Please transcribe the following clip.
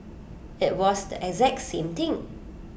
IT was the exact same thing